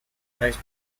prize